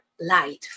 light